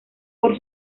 por